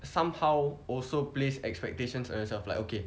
somehow also place expectations on yourself like okay